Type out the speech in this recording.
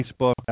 Facebook